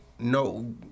no